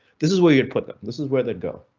this is where you would put them. this is where they go,